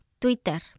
Twitter